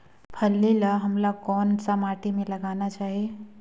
फल्ली ल हमला कौन सा माटी मे लगाना चाही?